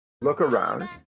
look-around